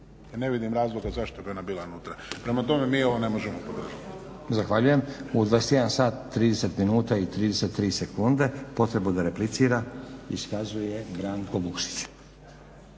ne vidim razloga zašto bi ona bila nutra. Prema tome, mi ovo ne možemo podržati.